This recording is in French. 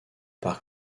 par